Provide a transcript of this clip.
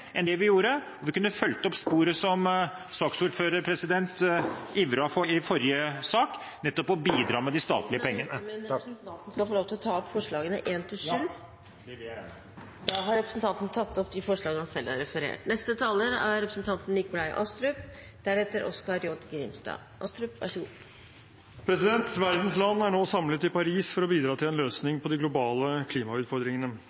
enn det vi gjorde. Vi kunne fulgt opp sporet som saksordføreren ivret for i forrige sak, nettopp å bidra med de statlige pengene. Tiden er ute, men representanten skal få lov til å ta opp forslagene nr. 1–7. Ja, det vil jeg gjerne. Da har representanten Terje Aasland tatt opp forslagene nr. 1–7. Verdens land er nå samlet i Paris for å bidra til en løsning på de globale klimautfordringene.